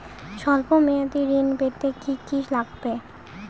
সল্প মেয়াদী ঋণ পেতে কি কি লাগবে?